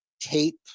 tape